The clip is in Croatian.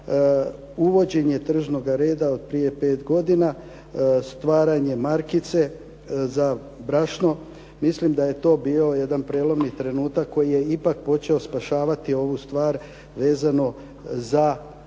uvođenje tržnoga reda od prije pet godina, stvaranje markice za brašno, mislim da je to bio jedan prelomni trenutak koji je ipak počeo spašavati ovu stvar vezano za korištenje